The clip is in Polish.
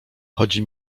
chodzi